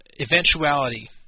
Eventuality